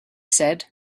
said